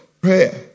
Prayer